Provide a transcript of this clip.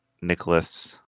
Nicholas